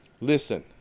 listen